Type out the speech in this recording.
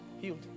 Healed